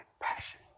passion